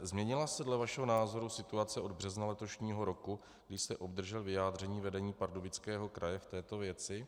Změnila se dle vašeho názoru situace od března letošního roku, kdy jste obdržel vyjádření vedení Pardubického kraje v této věci?